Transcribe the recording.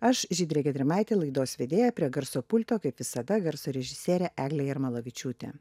aš žydrė gedrimaitė laidos vedėja prie garso pulto kaip visada garso režisierė eglė jarmalavičiūtė